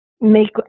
make